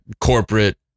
corporate